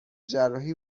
جراحی